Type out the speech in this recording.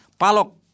Palok